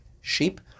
sheep